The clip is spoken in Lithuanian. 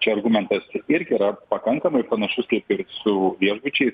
čia argumentas irgi yra pakankamai panašus kaip ir su viešbučiai